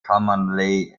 commonly